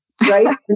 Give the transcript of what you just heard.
Right